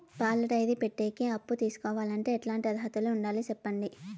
పాల డైరీ పెట్టేకి అప్పు తీసుకోవాలంటే ఎట్లాంటి అర్హతలు ఉండాలి సెప్పండి?